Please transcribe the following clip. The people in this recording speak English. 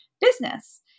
business